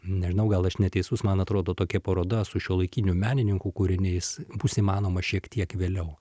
nežinau gal aš neteisus man atrodo tokia paroda su šiuolaikinių menininkų kūriniais bus įmanoma šiek tiek vėliau